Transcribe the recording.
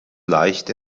leicht